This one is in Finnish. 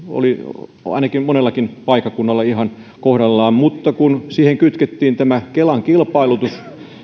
oli monellakin paikkakunnalla ihan kohdallaan mutta kun siihen kytkettiin tämä kelan kilpailutus